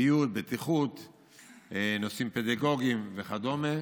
בריאות, בטיחות, נושאים פדגוגיים וכדומה.